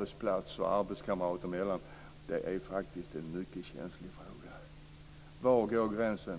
diskriminering arbetskamrater emellan på våra arbetsplatser är en mycket känslig fråga. Var går gränsen?